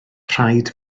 rhaid